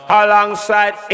alongside